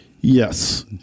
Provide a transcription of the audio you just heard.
Yes